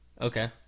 Okay